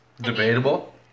Debatable